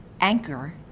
Anchor